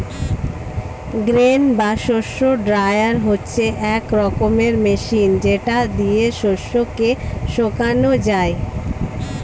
grain বা শস্য dryer হচ্ছে এক রকমের মেশিন যেটা দিয়ে শস্য কে শোকানো যায়